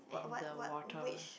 and the water